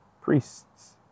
priests